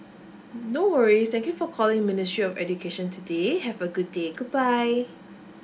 mm no worries thank you for calling ministry of education today have a good day goodbye